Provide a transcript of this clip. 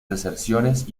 deserciones